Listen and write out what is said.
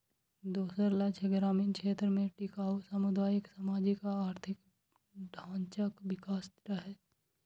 दोसर लक्ष्य ग्रामीण क्षेत्र मे टिकाउ सामुदायिक, सामाजिक आ आर्थिक ढांचाक विकास रहै